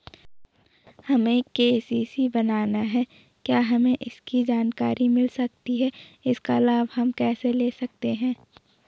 हमें के.सी.सी बनाना है क्या हमें इसकी जानकारी मिल सकती है इसका लाभ हम कैसे ले सकते हैं?